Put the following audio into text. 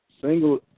Single